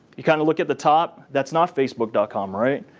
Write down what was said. you kind of look at the top, that's not facebook com, right?